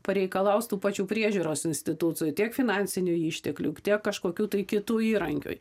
pareikalaus tų pačių priežiūros institucijų tiek finansinių išteklių tiek kažkokių tai kitų įrankiui